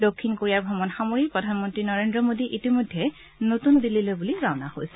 দক্ষিণ কোৰিয়া ভ্ৰমণ সামৰি প্ৰধানমন্ত্ৰী নৰেন্দ্ৰ মোডী ইতিমধ্যে নতুন দিল্লীলৈ বুলি ৰাওনা হৈছে